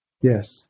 Yes